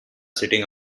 sitting